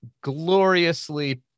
gloriously